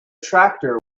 tractor